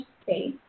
space